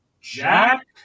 Jack